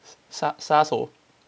杀杀手